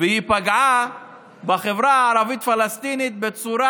והיא פגעה בחברה הערבית-פלסטינית בצורה